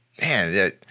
man